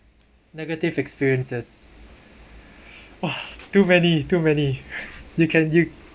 negative experiences !wah! too many too many you can you